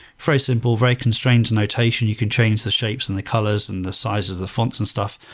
very simple, very constrained notation. you can change the shapes and the colors and the size of the fonts and stuff,